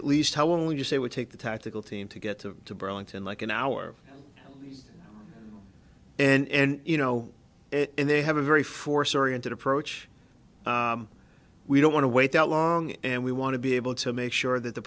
at least how only just they would take the tactical team to get to the burlington like an hour and you know and they have a very force oriented approach we don't want to wait that long and we want to be able to make sure that the